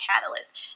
catalyst